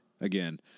Again